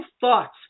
thoughts